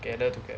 gather together